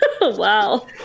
Wow